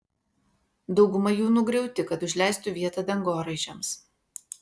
dauguma jų nugriauti kad užleistų vietą dangoraižiams